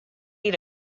eat